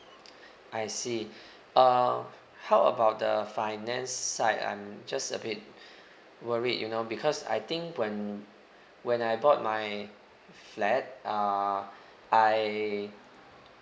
I see uh how about the finance side I'm just a bit worried you know because I think when when I bought my flat uh I